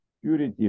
purity